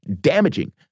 damaging